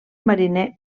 mariner